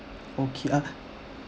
okay ah